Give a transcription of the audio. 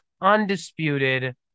undisputed